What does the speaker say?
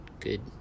good